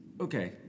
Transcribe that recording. Okay